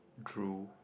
drool